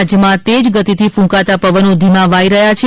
રાજયમાં તેજ ગતિથી ક્રંકાતા પવનો ધીમા વાઇ રહ્યા છે